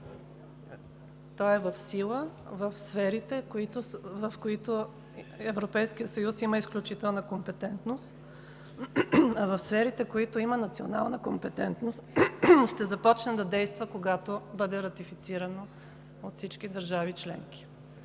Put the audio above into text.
то е в сила в сферите, в които Европейският съюз има изключителна компетентност. В сферите, в които има национална компетентност, ще започне да действа, когато бъде ратифицирано от всички държави членки.